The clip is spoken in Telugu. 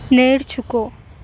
నేర్చుకో